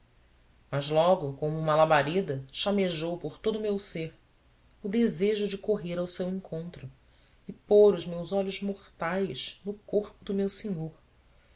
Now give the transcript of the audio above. mas logo como uma labareda chamejou por todo o meu ser o desejo de correr ao seu encontro e pôr os meus olhos mortais no corpo do meu senhor